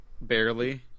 barely